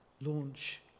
Launch